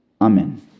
Amen